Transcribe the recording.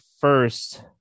first